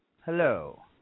hello